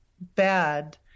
bad